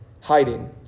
hiding